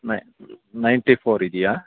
ನೈ ninety four ಇದೆಯಾ